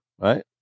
right